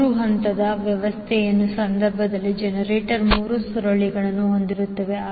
3 ಹಂತದ ವ್ಯವಸ್ಥೆಯ ಸಂದರ್ಭದಲ್ಲಿ ಜನರೇಟರ್ 3 ಸುರುಳಿಗಳನ್ನು ಹೊಂದಿರುತ್ತದೆ